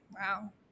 Wow